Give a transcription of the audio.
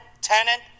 tenant